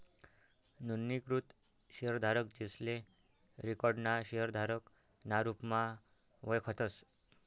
नोंदणीकृत शेयरधारक, जेसले रिकाॅर्ड ना शेयरधारक ना रुपमा वयखतस